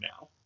now